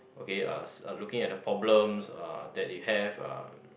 okay uh looking at the problems uh that you have uh